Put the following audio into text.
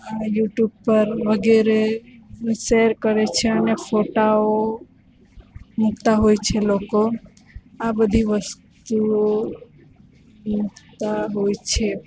અને યુટ્યુબ પર વગેરે શેર કરે છે અને ફોટાઓ મુકતાં હોય છે લોકો આ બધી વસ્તુઓ મુકતાં હોય છે